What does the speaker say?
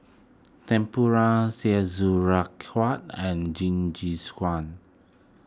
Tempura and Jingisukan